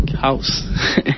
house